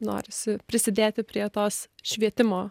norisi prisidėti prie tos švietimo